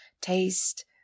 taste